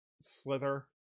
slither